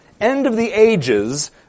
end-of-the-ages